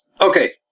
Okay